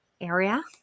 area